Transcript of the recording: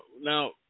Now